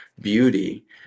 beauty